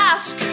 Ask